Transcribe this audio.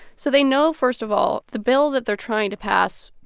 so they know, first of all, the bill that they're trying to pass,